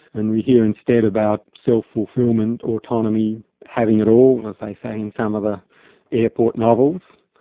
and we hear instead about self-fulfilment, autonomy, having it all, as they say in some of the airport novels.